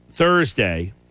Thursday